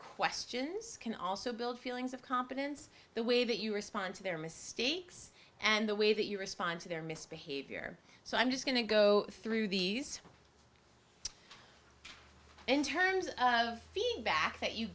questions can also build feelings of competence the way that you respond to their mistakes and the way that you respond to their misbehavior so i'm just going to go through these in terms of feedback that you